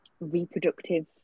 reproductive